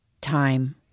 time